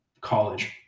college